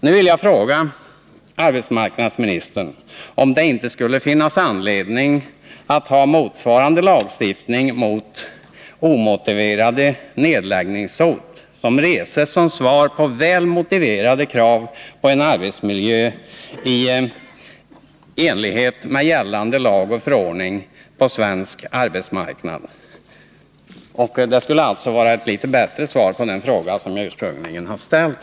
Nu vill jag fråga arbetsmarknadsministern: Finns det inte anledning att ha motsvarande lagstiftning mot omotiverade nedläggningshot, som reses som svar på väl motiverade krav på en arbetsmiljö i enlighet med gällande lag och förordning på svensk arbetsmarknad? Ett besked på den punkten skulle vara ett litet bättre svar på den fråga som jag ursprungligen har ställt.